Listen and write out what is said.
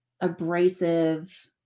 abrasive